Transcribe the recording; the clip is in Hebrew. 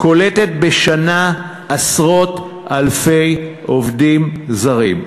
קולטת בשנה עשרות אלפי עובדים זרים.